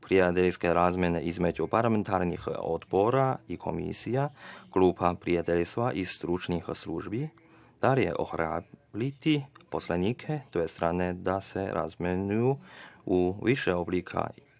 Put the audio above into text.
prijateljske razmene između parlamentarnih odbora i komisija, grupna prijateljstva i stručnih službi dalje ohrabriti poslanike dve strane da se razmenjuju u više oblika